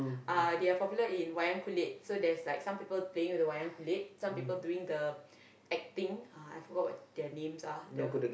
uh they are popular in wayang-kulit so there's like some people playing with the wayang-kulit some people doing the acting uh I forgot what their names are the